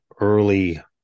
early